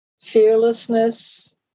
fearlessness